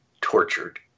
tortured